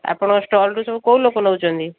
ଆପଣଙ୍କ ଷ୍ଟଲରୁ ସବୁ କେଉଁ ଲୋକ ନେଉଛନ୍ତି